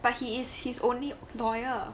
but he is his only lawyer